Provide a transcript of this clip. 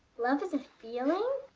love is a feeling?